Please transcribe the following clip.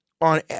on